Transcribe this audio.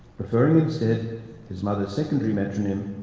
preferring instead his mother's secondary metronym,